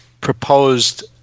proposed